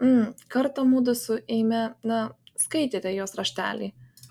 mm kartą mudu su eime na skaitėte jos raštelį